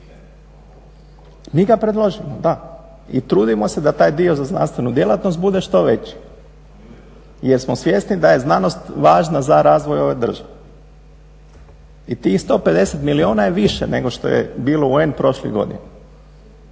Mi ga predložimo, da i trudimo se da taj dio za znanstvenu djelatnost bude što veći jer smo svjesni da je znanost važna za razvoj ove države. I tih 150 milijuna je više nego što je bilo u …/Govornik